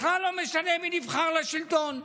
בכלל לא משנה מי נבחר לשלטון,